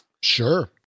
sure